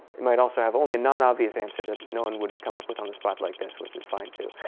might also have only a non-obvious answer that no one would come up with on the spot like this, which is fine, too.